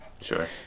sure